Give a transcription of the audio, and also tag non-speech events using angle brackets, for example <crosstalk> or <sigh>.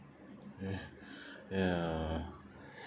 <breath> ya <breath>